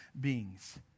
beings